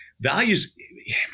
values